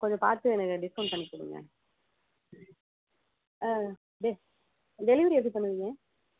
கொஞ்சம் பார்த்து எனக்கு டிஸ்கவுண்ட் பண்ணி கொடுங்க டெலிவரி எப்படி பண்ணுவீங்கள்